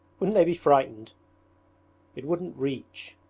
wouldn't they be frightened it wouldn't reach